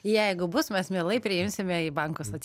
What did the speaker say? jeigu bus mes mielai priimsime į bankų asoc